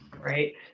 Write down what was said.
right